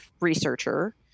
researcher